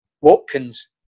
Watkins